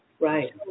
right